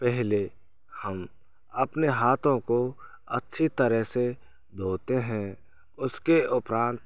पहले हम अपने हाथों को अच्छी तरह से धोते हैं उसके उपरांत